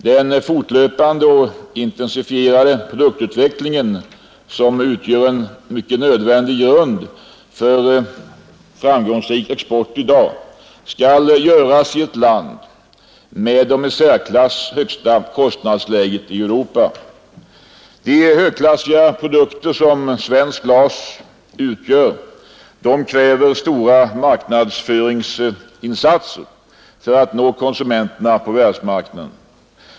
Den fortlöpande och intensifierade produktutvecklingen, som utgör en nödvändig grund för framgångsrik export i dag, skall göras i ett land med det i särklass högsta kostnadsläget i Europa. De högklassiga produkter som svenskt glas utgör kräver stora marknadsföringsinsatser för att nå konsumenterna på världsmarknaden.